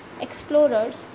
explorers